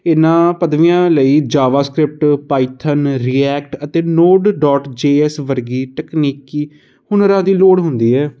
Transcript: ਇਹਨਾਂ ਪਦਵੀਆਂ ਲਈ ਜਾਵਾ ਸਕ੍ਰਿਪਟ ਪਾਈਥਨ ਰਿਐਕਟ ਅਤੇ ਨੋਡ ਡੋਟ ਜੇ ਐਸ ਵਰਗੀ ਟਕਨੀਕੀ ਹੁਨਰਾਂ ਦੀ ਲੋੜ ਹੁੰਦੀ ਹੈ